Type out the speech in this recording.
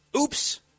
Oops